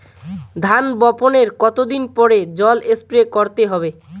ধান বপনের কতদিন পরে জল স্প্রে করতে হবে?